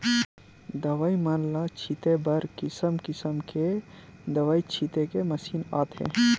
दवई मन ल छिते बर किसम किसम के दवई छिते के मसीन आथे